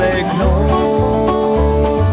ignore